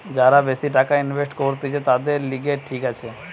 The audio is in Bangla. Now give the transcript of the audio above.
যারা বেশি টাকা ইনভেস্ট করতিছে, তাদের লিগে ঠিক আছে